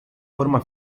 forma